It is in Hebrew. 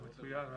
הוא מצוין.